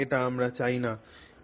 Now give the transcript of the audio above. সুতরাং এটি আমরা চাই না